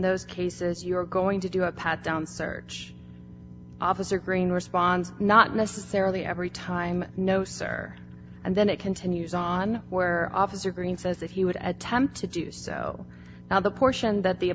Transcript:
those cases you're going to do a pat down search officer green responds not necessarily every time no sir and then it continues on where officer green says that he would attempt to do so now the portion that the